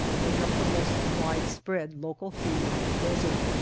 make up the most widespread local hue on the desert.